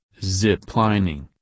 ziplining